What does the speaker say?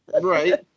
Right